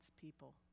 people